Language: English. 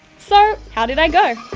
so, how did i go?